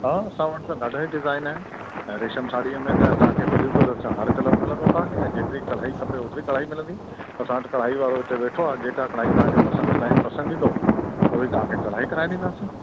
हा असां वटि त ॾाढा ई डिज़ाइन आहिनि रेशम साड़ीअ में त तव्हां खे ब्लू कलर छा हर कलर मिलंदो तव्हां खे जेतिरी कढ़ाई खपे ओतिरी कढ़ाई मिलंदी असां वटि कढ़ाई वारो हिते वेठो आहे जेकी कढ़ाई तव्हां खे पसंदि डिज़ाइन पसंदि ईंदो उहो ई तव्हां खे कढ़ाई कराए ॾींदासीं